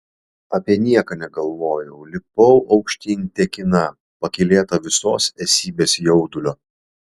apie nieką negalvojau lipau aukštyn tekina pakylėta visos esybės jaudulio